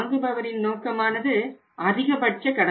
வாங்குபவரின் நோக்கமானது அதிகபட்ச கடன்